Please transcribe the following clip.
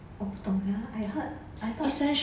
我不懂 ah I heard I thought